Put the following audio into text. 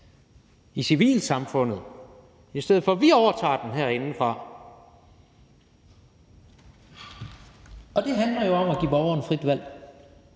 i civilsamfundet, i stedet for at vi overtager den herindefra, og det handler jo om at give borgerne frit valg